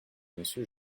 monsieur